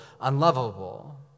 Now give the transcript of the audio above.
unlovable